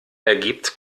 ergibt